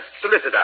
solicitor